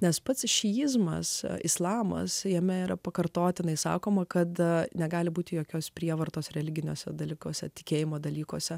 nes pats šiizmas islamas jame yra pakartotinai sakoma kada negali būti jokios prievartos religiniuose dalykuose tikėjimo dalykuose